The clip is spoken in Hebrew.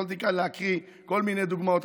יכולתי כאן להקריא כל מיני דוגמאות,